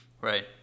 Right